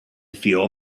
feel